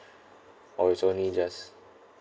or is only just